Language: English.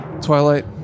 Twilight